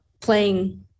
playing